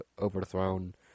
overthrown